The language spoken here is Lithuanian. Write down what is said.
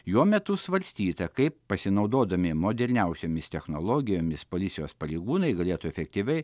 jo metu svarstyta kaip pasinaudodami moderniausiomis technologijomis policijos pareigūnai galėtų efektyviai